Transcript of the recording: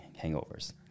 hangovers